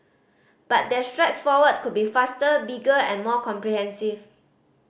but their strides forward could be faster bigger and more comprehensive